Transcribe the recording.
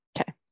okay